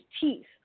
teeth